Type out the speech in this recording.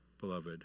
beloved